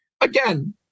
Again